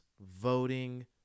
voting